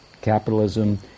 Capitalism